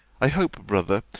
i hope, brother,